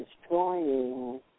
destroying